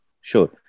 sure